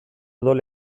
odol